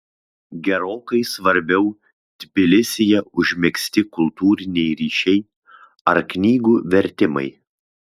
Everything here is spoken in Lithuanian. gerokai svarbiau tbilisyje užmegzti kultūriniai ryšiai ar knygų vertimai